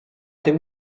tym